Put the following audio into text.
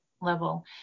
level